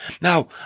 Now